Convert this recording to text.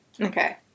Okay